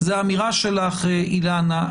זו האמירה שלך, אילנה.